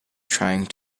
trying